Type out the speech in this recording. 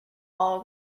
all